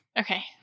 okay